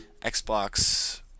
Xbox